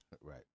Right